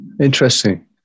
Interesting